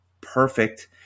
perfect